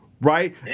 Right